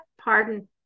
Pardon